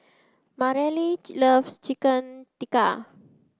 Mareli loves Chicken Tikka